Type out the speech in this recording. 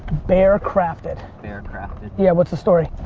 bearcrafted? bearcrafted. yeah, what's his story?